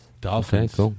Dolphins